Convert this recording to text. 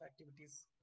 activities